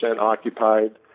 occupied